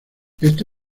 este